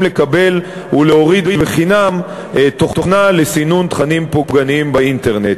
לקבל ולהוריד בחינם תוכנה לסינון תכנים פוגעניים באינטרנט.